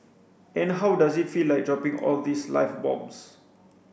and how does it feel like dropping all these live bombs